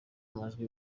amajwi